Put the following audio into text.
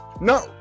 No